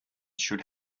should